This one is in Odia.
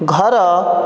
ଘର